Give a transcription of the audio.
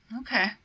Okay